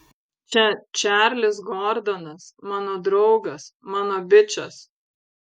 čia čarlis gordonas mano draugas mano bičas